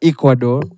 Ecuador